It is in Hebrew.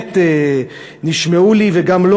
שבאמת נשמעו לי וגם לו,